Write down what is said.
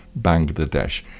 Bangladesh